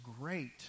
great